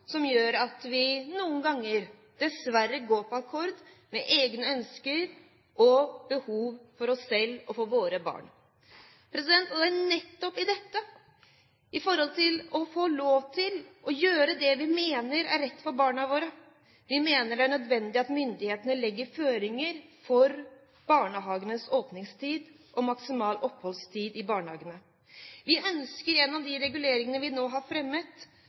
som gjør at vi noen ganger dessverre går på akkord med egne ønsker og behov for oss selv og for barna våre. Det er nettopp i dette, i forhold til det å få lov til å gjøre det vi mener er rett for barna våre, vi mener det er nødvendig at myndighetene legger føringer for barnehagenes åpningstider og maksimal oppholdstid i barnehagene. Vi ønsker gjennom de reguleringene vi nå har fremmet,